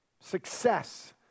Success